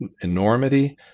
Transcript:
enormity